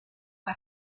fue